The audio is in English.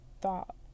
thought